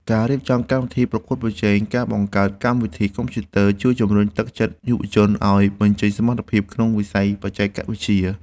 ការរៀបចំកម្មវិធីប្រកួតប្រជែងការបង្កើតកម្មវិធីកុំព្យូទ័រជួយជំរុញទឹកចិត្តយុវជនឱ្យបញ្ចេញសមត្ថភាពក្នុងវិស័យបច្ចេកវិទ្យា។